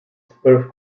zwölf